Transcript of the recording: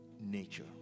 nature